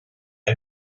排名